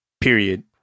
period